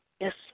Yes